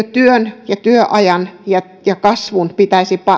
työn ja työajan ja ja kasvun pitäisi